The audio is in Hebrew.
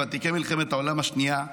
ותיקי מלחמת העולם השנייה,